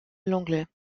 l’anglais